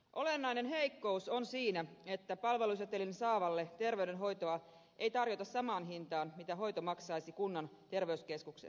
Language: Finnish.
olennainen heikkous on siinä että palvelusetelin saavalle terveydenhoitoa ei tarjota samaan hintaan kuin mitä hoito maksaisi kunnan terveyskeskuksessa